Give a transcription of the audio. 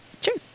Sure